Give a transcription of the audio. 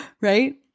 right